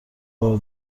بار